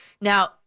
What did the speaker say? Now